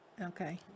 Okay